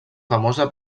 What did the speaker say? famosa